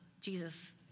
Jesus